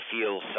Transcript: feel